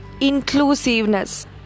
inclusiveness